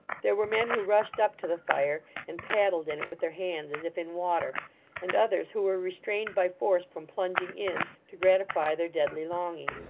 there were men who rushed up to the fire, and paddled in it with their hands as if in water and others who were restrained by force from plunging in, to gratify their deadly longing.